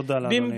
תודה לאדוני.